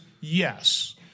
yes